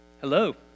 Hello